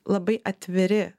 labai atviri